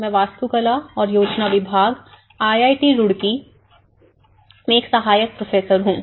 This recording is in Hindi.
मैं वास्तुकला और योजना विभाग आई आई टी रुड़की में एक सहायक प्रोफेसर हूं